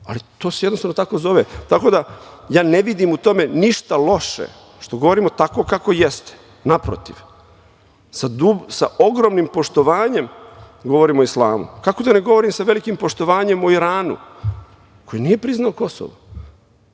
ali to se jednostavno tako zove. Ja ne vidim u tome ništa loše što govorimo tako kako jeste. Naprotiv, sa ogromnim poštovanjem govorim o islamu. Kako da ne govorim sa velikim poštovanjem o Iranu, koji nije priznao Kosovo